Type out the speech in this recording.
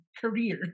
career